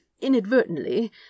inadvertently